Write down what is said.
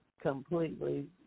completely